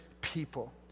people